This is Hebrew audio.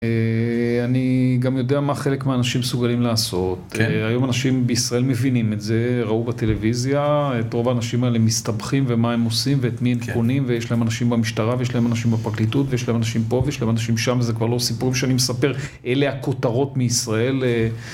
אני גם יודע מה חלק מהאנשים מסוגלים לעשות. היום אנשים בישראל מבינים את זה, ראו בטלוויזיה. את רוב האנשים האלה מסתבכים ומה הם עושים ואת מי הם קונים. ויש להם אנשים במשטרה ויש להם אנשים בפרקליטות ויש להם אנשים פה ויש להם אנשים שם. וזה כבר לא סיפורים שאני מספר, אלה הכותרות מישראל.